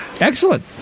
Excellent